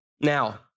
Now